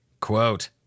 Quote